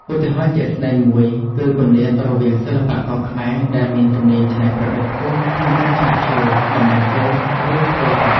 ឧទាហរណ៍ជាក់ស្តែងមួយគឺគម្លាតរវាងសិល្បករខ្មែរដែលមានជំនាញច្នៃប្រឌិតខ្ពស់ក្នុងការឆ្លាក់ឈើ តម្បាញសូត្រ ឬធ្វើប្រាក់។